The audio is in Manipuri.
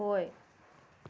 ꯍꯣꯏ